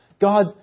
God